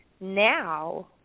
now